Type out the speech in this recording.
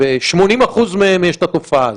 ב-80% מהם יש את התופעה הזאת.